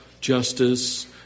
justice